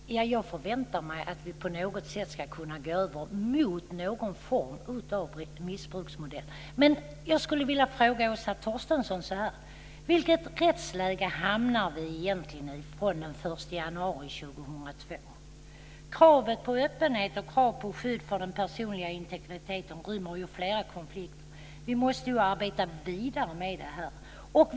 Fru talman! Jag förväntar mig att vi på något sätt ska kunna gå över mot en missbruksmodell. Kraven på öppenhet och på skydd för den personliga integriteten rymmer ju flera konflikter. Vi måste arbeta vidare med det här.